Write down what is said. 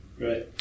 Right